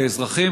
כאזרחים,